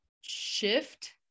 shift